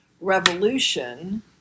Revolution